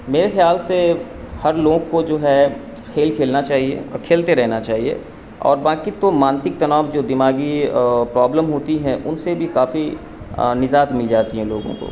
میرے خیال سے ہر لوگ کو جو ہے کھیل کھیلنا چاہیے اور کھیلتے رہنا چاہیے اور باقی تو مانسک تناؤ جو دماغی پرابلم ہوتی ہیں ان سے بھی کافی نجات مل جاتی ہیں لوگوں کو